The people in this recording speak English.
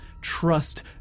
Trust